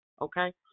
Okay